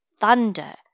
thunder